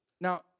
Now